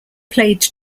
played